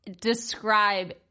describe